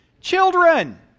Children